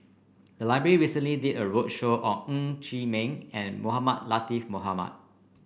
the library recently did a roadshow on Ng Chee Meng and Mohamed Latiff Mohamed